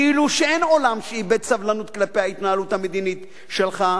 כאילו שאין עולם שאיבד סבלנות כלפי ההתנהלות המדינית שלך,